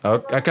Okay